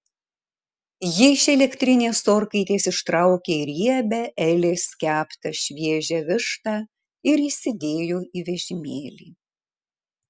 ji iš elektrinės orkaitės ištraukė riebią elės keptą šviežią vištą ir įsidėjo į vežimėlį